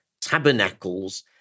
tabernacles